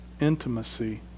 intimacy